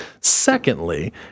Secondly